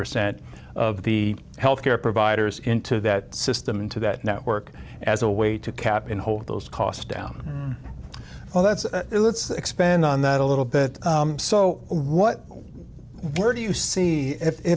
percent of the health care providers into that system into that network as a way to cap and hold those costs down well that's let's expand on that a little bit so what where do you see